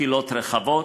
קהילות רחבות,